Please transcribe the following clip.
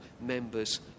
members